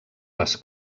les